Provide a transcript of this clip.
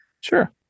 sure